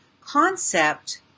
concept